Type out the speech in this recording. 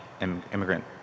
immigrant